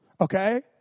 Okay